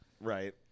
Right